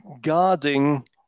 guarding